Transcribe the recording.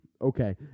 Okay